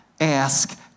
ask